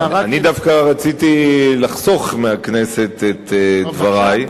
אני דווקא רציתי לחסוך מהכנסת את דברי.